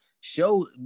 show